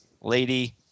lady